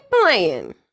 playing